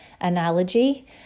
analogy